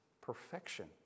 perfection